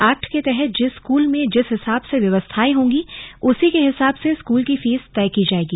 act के तहत जिस स्कूल में जिस हिसाब से व्यवस्थाए होंगी उसी के हिसाब से स्कूल की फीस तय की जाएगी